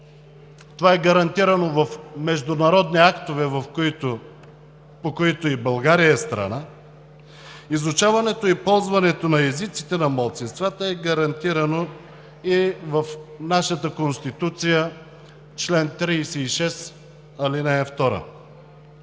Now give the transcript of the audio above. това е гарантирано в международни актове, по които и България е страна, изучаването и ползването на езиците на малцинствата е гарантирано и в нашата Конституция – чл. 36, ал. 2,